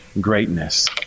greatness